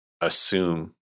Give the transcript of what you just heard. assume